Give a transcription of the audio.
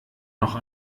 noch